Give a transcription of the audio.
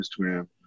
Instagram